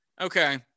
Okay